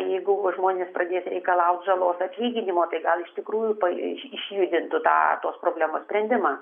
jeigu žmonės pradės reikalaut žalos atlyginimo tai gal iš tikrųjų pa iš išjudintų tą tos problemos sprendimą